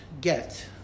get